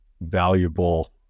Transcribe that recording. valuable